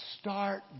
start